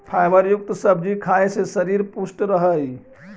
fibre युक्त सब्जी खाए से शरीर पुष्ट रहऽ हइ